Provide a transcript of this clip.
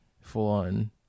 full-on